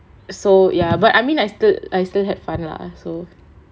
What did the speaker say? so ya but I mean like still I still have fun lah so